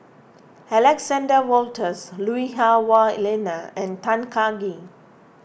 Alexander Wolters Lui Hah Wah Elena and Tan Kah Kee